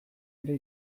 ere